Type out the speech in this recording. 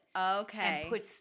Okay